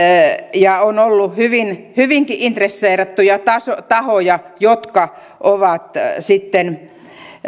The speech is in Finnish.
ja on ollut hyvinkin intresseerattuja tahoja jotka ovat sitten